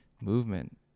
movement